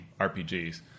RPGs